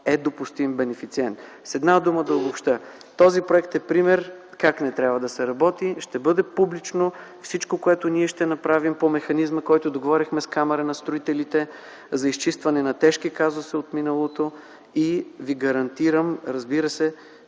е допустим бенефициент. С една дума да обобщя. Този проект е пример как не трябва да се работи. Ще бъде публично всичко, което ние ще направим по механизма, който договорихме с Камарата на строителите за изчистване на тежкия казус от миналото и ви гарантирам, разбира се,